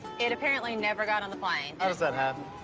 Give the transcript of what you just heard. it apparently never got on the plane. how does that happen?